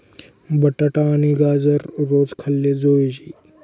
बटाटा आणि गाजर रोज खाल्ले जोयजे